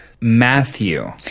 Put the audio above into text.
Matthew